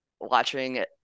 watching